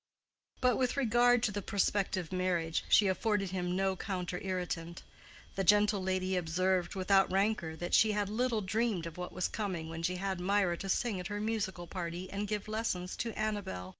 but with regard to the prospective marriage she afforded him no counter-irritant. the gentle lady observed, without rancor, that she had little dreamed of what was coming when she had mirah to sing at her musical party and give lessons to amabel.